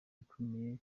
ikomeye